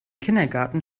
kindergarten